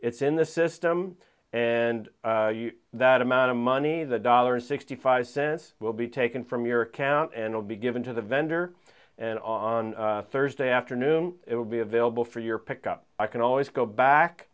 it's in the system and that amount of money the dollars sixty five cents will be taken from your account and will be given to the vendor and on thursday afternoon it will be available for your pickup i can always go back